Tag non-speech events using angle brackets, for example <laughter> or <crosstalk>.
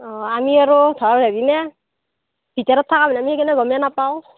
অ' আমি আৰু ধৰ হেৰি ন ভিতৰত থকা মানুহ <unintelligible> গমে নাপাওঁ